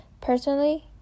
Personally